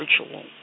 virtual